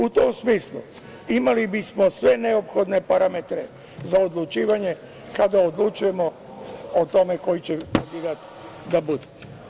U tom smislu, imali bismo sve neophodne parametre za odlučivanje, kada odlučujemo o tome koji će kandidat da bude.